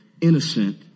innocent